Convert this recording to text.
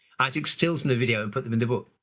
i took stills in the video and put them in the book.